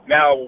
Now